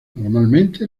normalmente